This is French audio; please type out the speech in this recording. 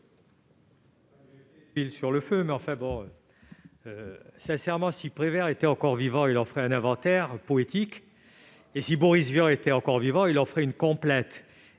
sincèrement, si Prévert était encore vivant, il en ferait un inventaire poétique et si Boris Vian était encore vivant, il en ferait une complainte